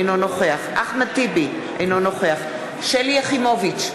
אינו נוכח אחמד טיבי, אינו נוכח שלי יחימוביץ,